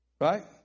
right